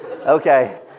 Okay